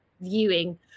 viewing